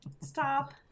Stop